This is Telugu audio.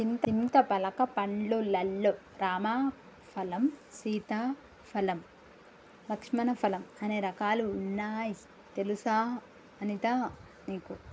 చింతపలక పండ్లు లల్లో రామ ఫలం, సీతా ఫలం, లక్ష్మణ ఫలం అనే రకాలు వున్నాయి తెలుసా వనితా నీకు